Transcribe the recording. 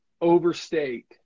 overstate